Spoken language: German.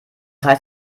heißt